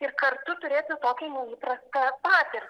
ir kartu turėti tokią neįprastą patirtį